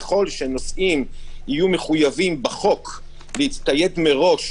ככל שנוסעים יהיו מחויבים בחוק להצטייד מראש